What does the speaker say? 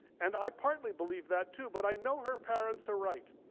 and i partly believe that too but i know her parents are right.